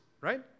right